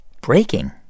breaking